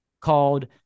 called